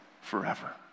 forever